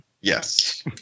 Yes